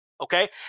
okay